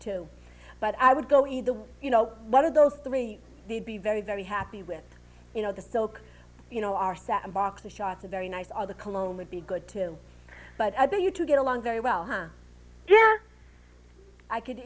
too but i would go either way you know one of those three he'd be very very happy with you know the silk you know our set of boxes shots a very nice all the cologne would be good too but i bet you two get along very well i could